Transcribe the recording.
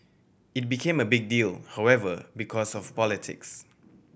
it became a big deal however because of politics